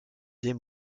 des